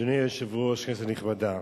אדוני היושב-ראש, כנסת נכבדה,